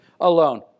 alone